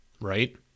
right